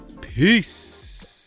Peace